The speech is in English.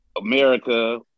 America